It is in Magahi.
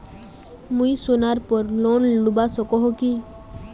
मुई सोनार पोर लोन लुबा सकोहो ही?